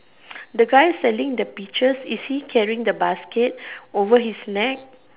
the guy selling the peaches is he carrying the basket over his neck